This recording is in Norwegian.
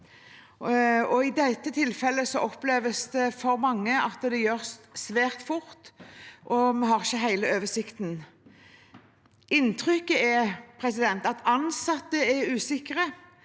I dette tilfellet oppleves det for mange at det gjøres svært fort, og vi har ikke hele oversikten. Inntrykket er at ansatte er usikre,